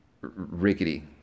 rickety